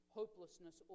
hopelessness